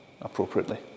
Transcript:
appropriately